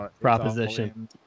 proposition